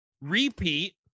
repeat